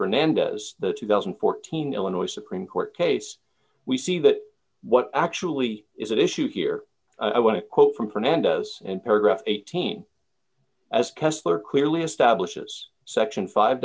fernando's the two thousand and fourteen illinois supreme court case we see that what actually is at issue here i want to quote from fernandez in paragraph eighteen as kessler clearly establishes section five